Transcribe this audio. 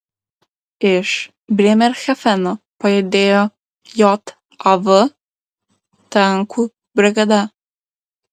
iš brėmerhafeno pajudėjo jav tankų brigada